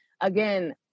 again